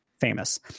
famous